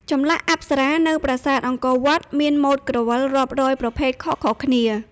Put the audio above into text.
ចម្លាក់អប្សរានៅប្រាសាទអង្គរវត្តមានម៉ូដក្រវិលរាប់រយប្រភេទខុសៗគ្នា។